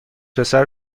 پسر